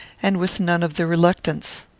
and with none of the reluctance.